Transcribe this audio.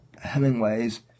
Hemingway's